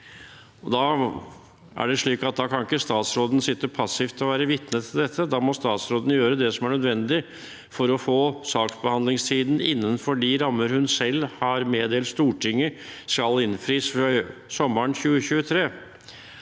Da kan ikke statsråden sitte passivt og være vitne til dette. Da må statsråden gjøre det som er nødvendig for å få saksbehandlingstiden innenfor de rammer hun selv har meddelt Stortinget at skal innfris før sommeren 2023.